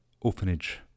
orphanage